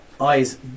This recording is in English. eyes